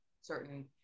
certain